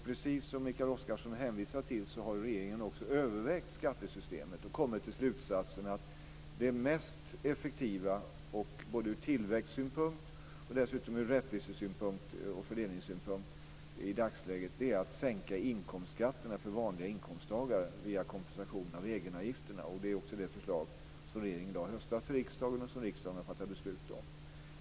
Precis som Mikael Oscarsson hänvisade till har regeringen också övervägt skattesystemet och kommit fram till slutsatsen att det mest effektiva ur tillväxtsynpunkt och dessutom ur rättvisesynpunkt och fördelningssynpunkt i dagsläget är att sänka inkomstskatterna för vanliga inkomsttagare via kompensation för egenavgifterna. Det är också det förslag som regeringen lade fram i höstas för riksdagen och som riksdagen har fattat beslut om.